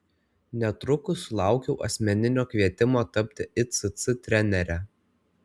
netrukus sulaukiau asmeninio kvietimo tapti icc trenere